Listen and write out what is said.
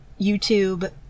YouTube